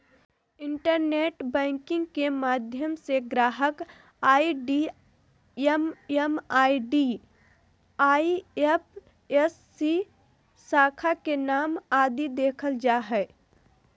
internet banking के माध्यम से ग्राहक आई.डी एम.एम.आई.डी, आई.एफ.एस.सी, शाखा के नाम आदि देखल जा हय